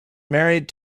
married